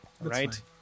Right